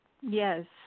Yes